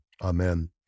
Amen